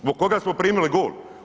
Zbog koga smo primili gol?